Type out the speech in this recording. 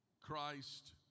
Christ